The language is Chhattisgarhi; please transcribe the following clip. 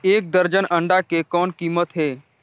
एक दर्जन अंडा के कौन कीमत हे?